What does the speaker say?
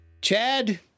Chad